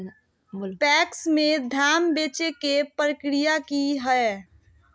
PACS में धाम बेचे के प्रक्रिया की हय?